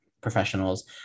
professionals